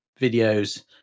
videos